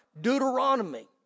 Deuteronomy